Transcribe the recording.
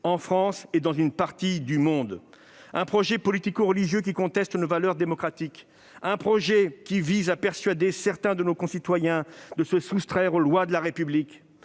en France et dans une partie du monde, un projet politico-religieux qui conteste nos valeurs démocratiques, un projet qui vise à persuader certains de nos concitoyens de se soustraire aux lois de la République.